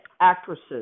actresses